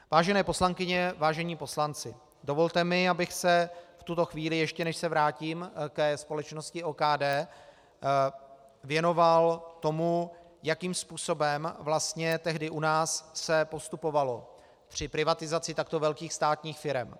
Vážené poslankyně, vážení poslanci, dovolte mi, abych se v tuto chvíli, ještě než se vrátím ke společnosti OKD, věnoval tomu, jakým způsobem se vlastně tehdy u nás postupovalo při privatizaci takto velkých státních firem.